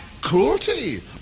cruelty